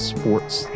Sports